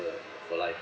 for life